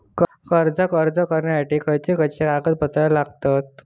कर्जाक अर्ज करुच्यासाठी खयचे खयचे कागदपत्र लागतत